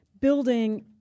building